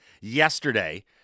yesterday